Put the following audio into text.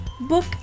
Book